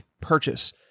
purchase